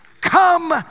come